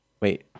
Wait